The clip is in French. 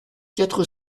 quatre